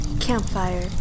Campfire